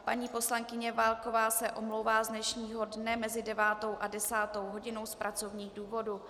Paní poslankyně Válková se omlouvá z dnešního dne mezi 9. až 10. hodinou z pracovních důvodů.